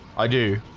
i do